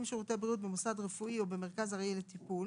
שירותי בריאות במוסד רפואי או במרכז ארעי לטיפול,